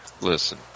listen